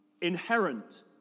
inherent